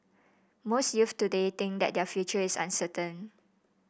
most youths today think that their future is uncertain